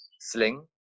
sling